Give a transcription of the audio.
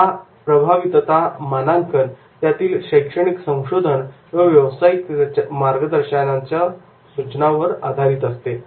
याचा प्रभावीतता मानांकन त्यातील शैक्षणिक संशोधन व व्यवसायिक मार्गदर्शकांच्या सूचनांवर आधारित असते